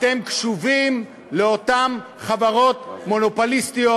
אתם קשובים לאותן חברות מונופוליסטיות